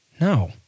No